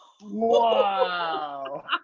Wow